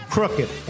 crooked